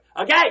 Okay